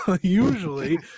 usually